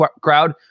crowd